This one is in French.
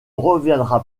reviendra